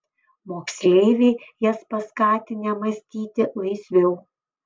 moksleiviai jas paskatinę mąstyti laisviau